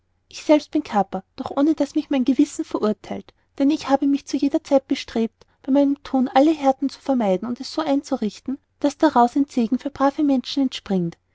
ich selbst bin kaper doch ohne daß mich mein gewissen verurtheilt denn ich habe mich zu jeder zeit bestrebt bei meinem thun alle härten zu vermeiden und es so einzurichten daß daraus ein segen für brave menschen entspringt